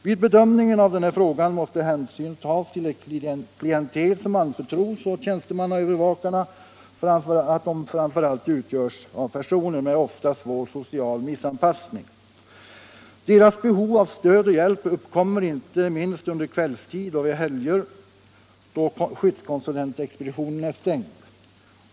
Vid bedömningen av denna fråga måste hänsyn tas till att det klientel som anförtros åt tjänstemannaövervakare framför allt utgörs av personer med ofta svår social missanpassning. Deras behov av stöd och hjälp uppkommer inte minst under kvällstid och vid helger, då skyddskonsulentexpeditionen är stängd.